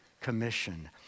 Commission